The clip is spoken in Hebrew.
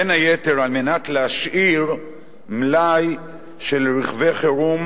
בין היתר על מנת להשאיר מלאי של רכבי חירום